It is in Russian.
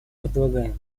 предлагаем